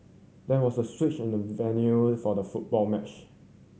there was a switch in the venue for the football match